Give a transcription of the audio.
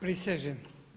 Prisežem.